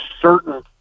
certain